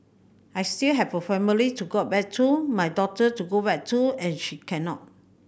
I still have a family to go back to my daughter to go back to and she cannot